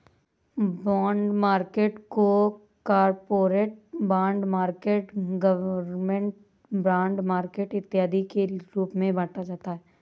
bond market को corporate bond market government bond market इत्यादि के रूप में बांटा जाता है